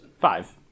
Five